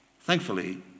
Thankfully